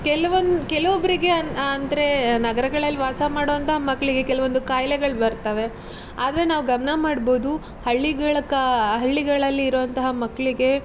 ಕೆಲವೊಂದು ಕೆಲವೊಬ್ಬರಿಗೆ ಅನ್ ಅಂದರೆ ನಗರಗಳಲ್ಲಿ ವಾಸ ಮಾಡೋ ಅಂತ ಮಕ್ಕಳಿಗೆ ಕೆಲವೊಂದು ಕಾಯಿಲೆಗಳು ಬರ್ತವೆ ಆದರೆ ನಾವು ಗಮನ ಮಾಡ್ಬಹ್ದು ಹಳ್ಳಿಗಳ ಕ ಹಳ್ಳಿಗಳಲ್ಲಿ ಇರೋ ಅಂತಹ ಮಕ್ಕಳಿಗೆ